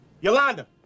Yolanda